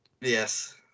Yes